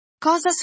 Cosa